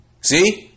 See